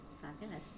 Fabulous